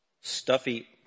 stuffy